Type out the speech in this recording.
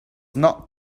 not